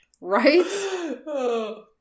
right